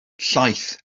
llaeth